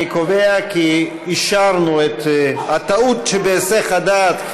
אני קובע כי אישרנו את תיקון הטעות שבהיסח הדעת.